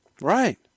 Right